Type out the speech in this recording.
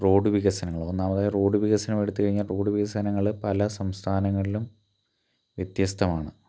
road വികസനങ്ങൾ ഒന്നാമതായി road വികസനം എടുത്ത് കഴിഞ്ഞാൽ ഇപ്പോൾ റോഡ് വികസനങ്ങൾ പല സംസ്ഥാനങ്ങളിലും വ്യത്യസ്തമാണ്